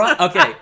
Okay